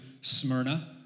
Smyrna